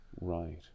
right